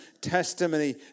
testimony